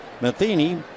Matheny